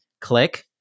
Click